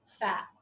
fat